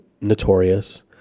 notorious